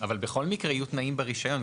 אבל בכל מקרה יהיו תנאים ברישיון.